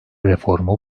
reformu